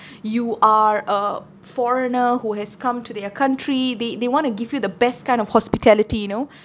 you are a foreigner who has come to their country they they want to give you the best kind of hospitality you know